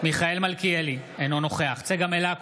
מיכאל מלכיאלי, אינו נוכח צגה מלקו,